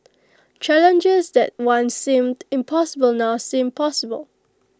challenges that once seemed impossible now seem possible